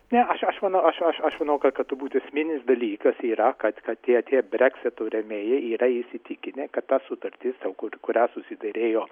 ne aš aš manau aš aš aš manau kad turbūt esminis dalykas yra kad kad tie tie breksito rėmėjai yra įsitikinę kad ta sutartis dėl ku kurią susiderėjo